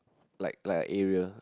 like like a area